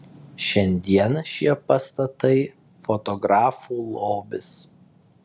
šiandien šie pastatai fotografų lobis